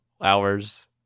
hours